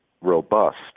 robust